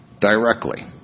directly